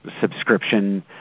subscription